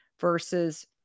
versus